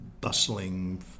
bustling